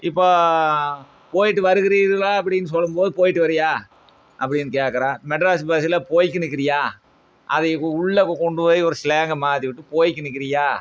இப்போ போயிட்டு வருகிறீர்களா அப்படின்னு சொல்லும்போது போயிட்டு வரியா அப்படின் கேட்கறான் மெட்ராஸ் பாஷயில் போயிக்கினுக்கிரியா அதை உள்ளே கொண்டு போய் ஒரு ஸ்லாங்கை மாற்றிவுட்டு போயிக்கினுக்கிரியா